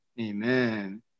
Amen